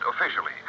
officially